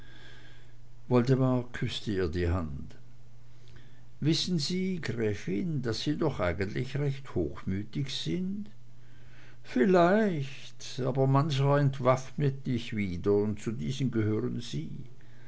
woldemar küßte ihr die hand wissen sie gräfin daß sie doch eigentlich recht hochmütig sind vielleicht aber mancher entwaffnet mich wieder und zu diesen gehören sie